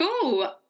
cool